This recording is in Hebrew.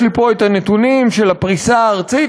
יש לי פה הנתונים של הפריסה הארצית,